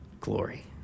Glory